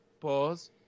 Pause